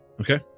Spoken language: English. okay